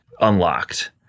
unlocked